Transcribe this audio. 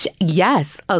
Yes